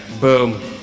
boom